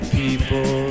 people